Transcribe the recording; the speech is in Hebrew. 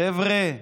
חבר'ה,